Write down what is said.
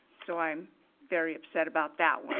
so i'm very upset about that one.